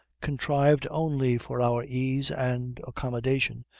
contrived only for our ease and accommodation,